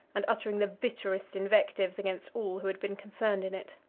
and uttering the bitterest invectives against all who had been concerned in it.